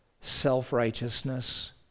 self-righteousness